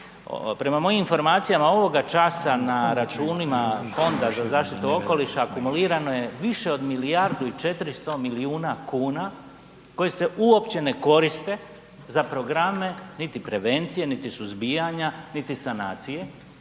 Prema mojim informacijama, ovoga časa na računima Fonda za zaštitu okoliša akumulirano je više od milijardu i 400 milijuna kuna koji se uopće ne koriste za programe niti prevencije niti suzbijanja niti sanacije.